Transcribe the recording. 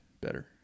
better